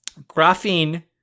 Graphene